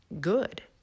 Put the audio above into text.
good